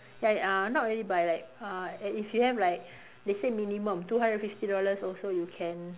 ya uh not really buy like uh if you have like they said minimum two hundred fifty dollars also you can